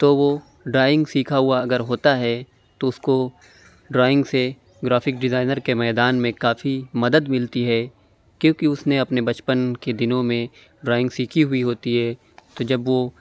تو وہ ڈرائنگ سیکھا ہُوا اگر ہوتا ہے تو اُس کو ڈرائنگ سے گرافک ڈیزائنر کے میدان میں کافی مدد ملتی ہے کیوں کہ اُس نے اپنے بچپن کے دِنوں میں ڈرائنگ سیکھی ہوئی ہوتی ہے تو جب وہ